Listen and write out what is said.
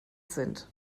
sind